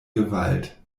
gewalt